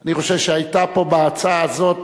אני חושב שבהצעה הזאת